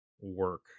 work